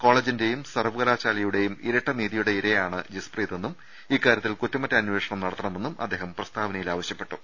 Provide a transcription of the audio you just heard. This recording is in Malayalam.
കോളേജിന്റേയും സർവകലാശാലയുടെയും ഇരട്ടനീതിയുടെ ഇരയാണ് ജസ്പ്രീതെന്നും ഇക്കാര്യത്തിൽ കുറ്റമറ്റ അന്വേഷണം നടത്തണമെന്നും അദ്ദേഹം പ്രസ്താവനയിൽ ആവശ്യപ്പെട്ടു